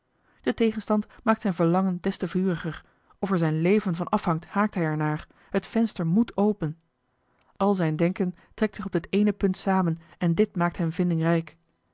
de tegenstand maakt zijn verlangen des te vuriger of er zijn leven van afhangt haakt hij er naar het venster moet open al zijn denken trekt zich op dit eene punt samen en dit maakt hem vindingrijk